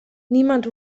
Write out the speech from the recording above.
niemand